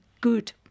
good